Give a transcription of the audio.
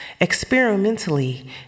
experimentally